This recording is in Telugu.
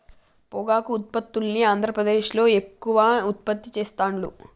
పొగాకు ఉత్పత్తుల్ని ఆంద్రప్రదేశ్లో ఎక్కువ ఉత్పత్తి చెస్తాండ్లు